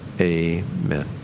amen